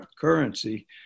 currency